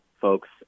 folks